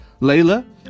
Layla